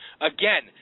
again